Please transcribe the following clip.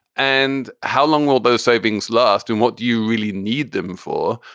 and how long will those savings last and what do you really need them for?